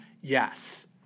Yes